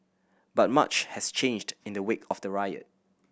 but much has changed in the wake of the riot